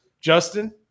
Justin